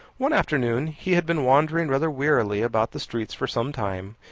one afternoon he had been wandering rather wearily about the streets for some time.